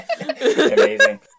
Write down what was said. Amazing